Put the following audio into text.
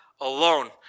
alone